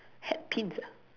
headpins ah